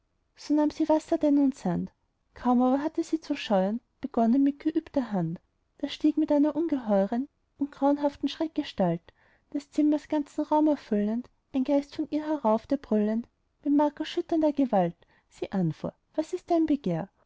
sie wasser denn und sand kaum aber hatte sie zu scheuern begonnen mit geübter hand da stieg in einer ungeheuern und grauenhaften schreckgestalt des zimmers ganzen raum erfüllend ein geist vor ihr herauf der brüllend mit markerschütternder gewalt sie anfuhr was ist dein begehr